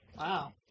Wow